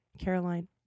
Caroline